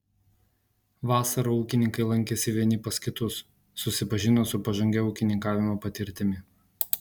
vasarą ūkininkai lankėsi vieni pas kitus susipažino su pažangia ūkininkavimo patirtimi